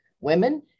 women